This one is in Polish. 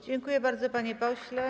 Dziękuję bardzo, panie pośle.